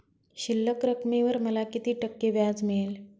शिल्लक रकमेवर मला किती टक्के व्याज मिळेल?